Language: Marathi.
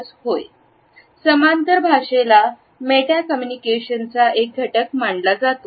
Refer Slide Time 0101 समांतर भाषेला मेटा कम्युनिकेशनचा एक घटक मानला जातो